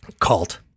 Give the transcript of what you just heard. Cult